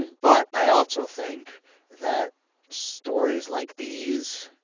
but i also think that stories like these,